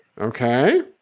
Okay